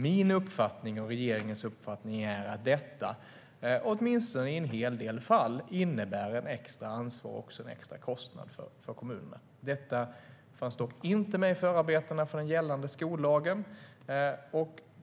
Min och regeringens uppfattning är att detta, åtminstone i en hel del fall, innebär ett extra ansvar och en extra kostnad för kommunerna. Detta fanns dock inte med i förarbetena för den gällande skollagen.